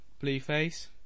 Blueface